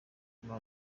nyuma